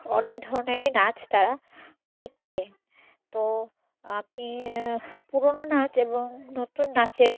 অনেক ধরনেরই নাচ তারা শিখছে তো আপনি পুরনো নাচ এবং নতুন নাচের